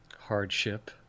hardship